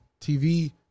TV